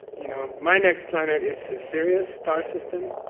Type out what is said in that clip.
you know, my next planet is sirius star system.